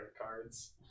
cards